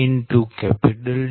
d214 D